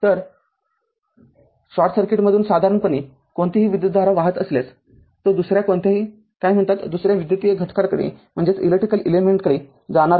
तर शॉर्ट सर्किटमधून साधारणपणे कोणतीही विद्युतधारा वाहत असल्यासतो दुसऱ्या कोणत्याही काय म्हणतात दुसऱ्या विद्युतीय घटकाकडे जाणार नाही